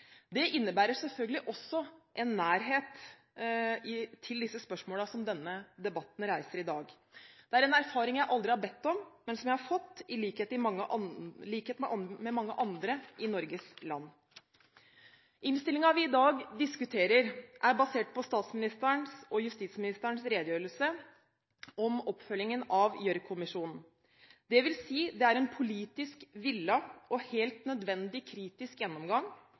Det innebærer selvfølgelig også en nærhet til disse spørsmålene som denne debatten reiser i dag. Det er en erfaring jeg aldri har bedt om, men som jeg har fått, i likhet med mange andre i Norges land. Innstillingen vi i dag diskuterer, er basert på statsministerens og justisministerens redegjørelse om oppfølgingen av Gjørv-kommisjonen. Det vil si: Det er en politisk villet og helt nødvendig kritisk gjennomgang